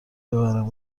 ببرم